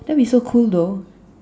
that'll be so cool though